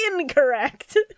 incorrect